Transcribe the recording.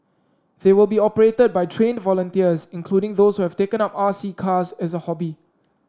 they will be operated by trained volunteers including those who have taken up R C cars as a hobby